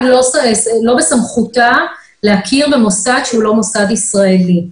לא בסמכות מל"ג להכיר במוסד שהוא לא מוסד ישראלי.